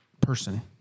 person